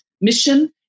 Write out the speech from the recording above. mission